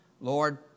Lord